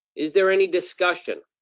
is there any discussion?